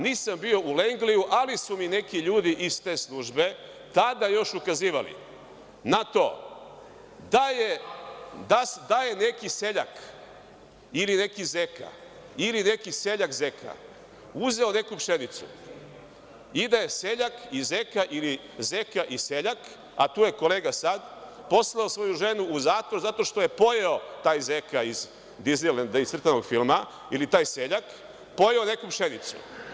Nisam bio u Lengliju, ali su mi neki ljudi iz te službe tada još ukazivali na to da je neki seljak ili neki zeka ili neki seljak zeka uzeo neku pšenicu i da je seljak i zeka ili zeka i seljak, a tu je kolega sad, poslao svoju ženu u zatvor zato što je pojeo taj zeka iz Diznilenda, iz crtanog filma, ili taj seljak pojeo nekom pšenicu.